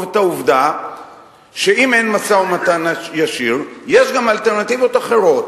את העובדה שאם אין משא-ומתן ישיר יש גם אלטרנטיבות אחרות,